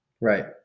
right